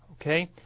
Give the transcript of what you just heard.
Okay